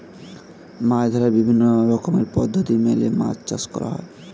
মাছ ধরার বিভিন্ন রকমের পদ্ধতি মেনে মাছ চাষ করা হয়